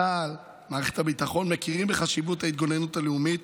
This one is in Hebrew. צה"ל ומערכת הביטחון מכירים בחשיבות ההתגוננות הלאומית